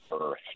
Earth